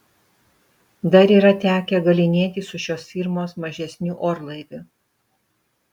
dar yra tekę galynėtis su šios firmos mažesniu orlaiviu